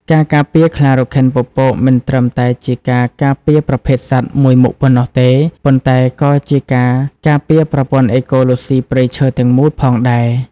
ការការពារខ្លារខិនពពកមិនត្រឹមតែជាការការពារប្រភេទសត្វមួយមុខប៉ុណ្ណោះទេ ប៉ុន្តែក៏ជាការ ការពារប្រព័ន្ធអេកូឡូស៊ីព្រៃឈើទាំងមូល ផងដែរ។